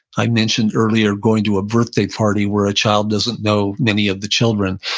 i mentioned earlier going to a birthday party where a child doesn't know many of the children.